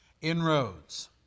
inroads